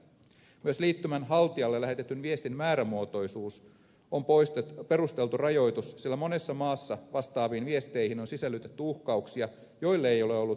myös liittymän haltijalle lähetetyn viestin määrämuotoisuus on perusteltu rajoitus sillä monessa maassa vastaaviin viesteihin on sisällytetty uhkauksia joille ei ole ollut juridisia perusteita